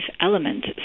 element